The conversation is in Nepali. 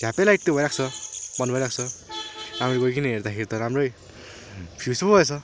झ्याप्पै लाइट त गइरहेको छ बन भइरहेको छ हामी गईकन हेर्दा त राम्रै फ्युज पो भएछ